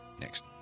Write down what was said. Next